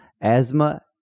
asthma